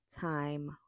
time